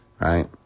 right